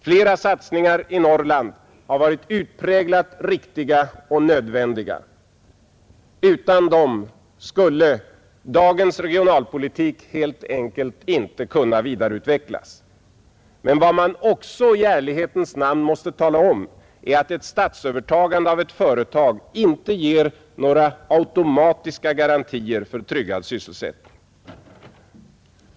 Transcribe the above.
Flera satsningar i Norrland har varit utpräglat riktiga och nödvändiga. Utan dem skulle dagens regionalpolitik helt enkelt inte kunna vidareutvecklas. Men vad man också i ärlighetens namn måste tala om är att ett statsövertagande av ett företag inte ger några automatiska garantier för tryggad sysselsättning.